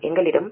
எங்களிடம் 0